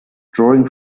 drawing